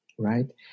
right